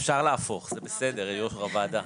אפשר להפוך, זה בסדר יו"ר הוועדה.